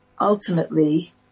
Ultimately